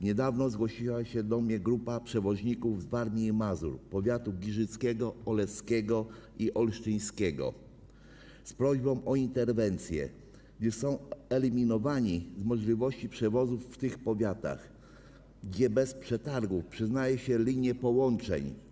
Niedawno zgłosiła się do mnie grupa przewoźników z Warmii i Mazur, z powiatów giżyckiego, oleckiego i olsztyńskiego, z prośbą o interwencję, gdyż są eliminowani z możliwości przewozów w tych powiatach, gdzie bez przetargu przyznaje się linie połączeń.